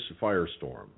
firestorm